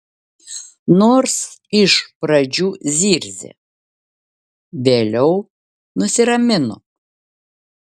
nors iš pradžių zirzė vėliau nusiramino